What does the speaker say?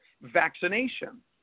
vaccination